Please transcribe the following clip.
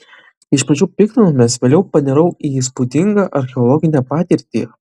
iš pradžių piktinomės vėliau panirau į įspūdingą archeologinę patirtį